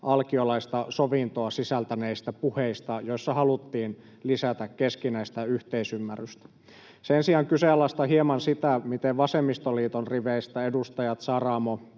alkiolaista sovintoa sisältäneistä puheista, joissa haluttiin lisätä keskinäistä yhteisymmärrystä. Sen sijaan kyseenalaistan hieman sitä, miten vasemmistoliiton riveistä edustajat Saramo,